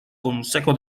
consejo